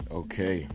okay